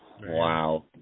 Wow